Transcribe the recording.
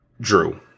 Drew